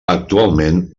actualment